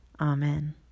Amen